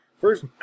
First